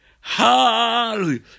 Hallelujah